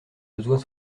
besoin